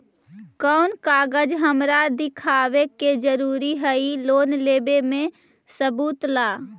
कौन कागज हमरा दिखावे के जरूरी हई लोन लेवे में सबूत ला?